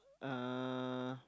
uh